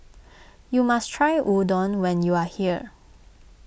you must try Udon when you are here